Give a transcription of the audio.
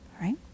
right